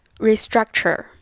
Restructure